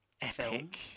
Epic